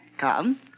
Come